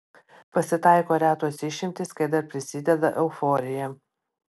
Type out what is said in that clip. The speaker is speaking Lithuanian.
pasitaiko retos išimtys kai dar prisideda euforija